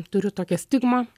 turiu tokią stigmą